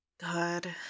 God